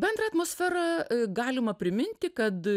bendrą atmosferą galima priminti kad